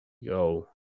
Yo